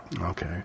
Okay